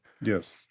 Yes